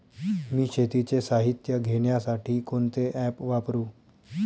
मी शेतीचे साहित्य घेण्यासाठी कोणते ॲप वापरु?